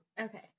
Okay